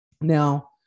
now